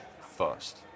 first